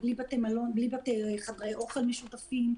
בלי חדרי אוכל משותפים,